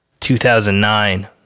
2009